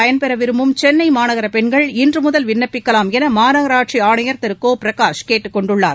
பயன்பெற விரும்பும் சென்னை மாநகர பெண்கள் இன்றுமுதல் விண்ணப்பிக்கலாம் என மாநகராட்சி ஆணையர் திரு கோ பிரகாஷ் கேட்டுக்கொண்டுள்ளார்